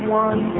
one